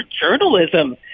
journalism